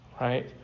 right